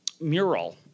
mural